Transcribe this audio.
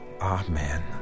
Amen